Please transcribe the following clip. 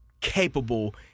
capable –